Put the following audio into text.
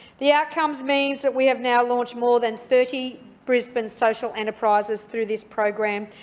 the outcome means that we have now launched more than thirty brisbane social enterprises through this program.